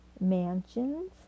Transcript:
mansions